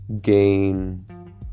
gain